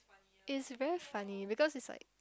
it's very funny because it's like